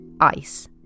ICE